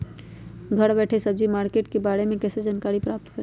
घर बैठे सब्जी मार्केट के बारे में कैसे जानकारी प्राप्त करें?